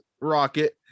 rocket